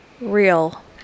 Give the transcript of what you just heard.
real